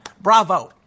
Bravo